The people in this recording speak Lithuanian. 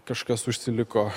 kažkas užsiliko